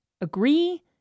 Agree